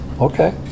okay